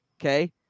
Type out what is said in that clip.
Okay